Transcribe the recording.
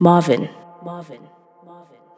Marvin